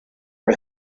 are